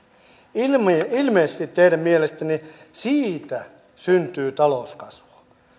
ilmeisesti ilmeisesti teidän mielestänne siitä syntyy talouskasvua